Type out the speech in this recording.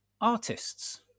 artists